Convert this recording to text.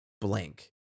blank